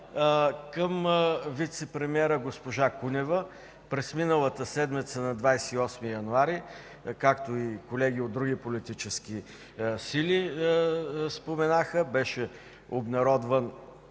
към вицепремиера госпожа Кунева. През миналата седмица – на 28 януари, както и колеги от други политически сили споменаха, беше обнародван